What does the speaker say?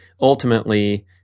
ultimately